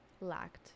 lacked